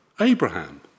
Abraham